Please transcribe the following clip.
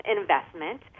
investment